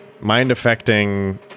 mind-affecting